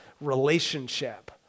relationship